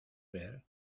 ver